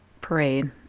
parade